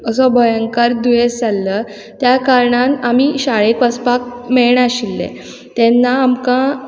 असो भयंकार दुयेंस जाल्ल त्या कारणान आमी शाळेक वसपाक मेळनाशिल्लें तेन्ना आमकां